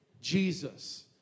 Jesus